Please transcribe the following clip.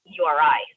uri